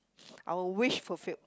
our wish fulfilled